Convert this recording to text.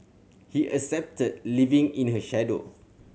he accepted living in her shadow